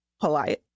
polite